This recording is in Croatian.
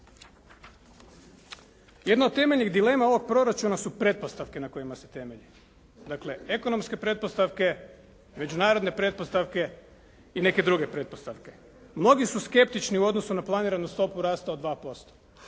Jedna od temeljnih dilema ovog proračuna su pretpostavke na kojima se temelji, dakle ekonomske pretpostavke, međunarodne pretpostavke i neke druge pretpostavke. Mnogi su skeptični u odnosu na planiranu stopu rasta od 2%.